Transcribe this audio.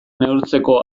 neurtzeko